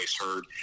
heard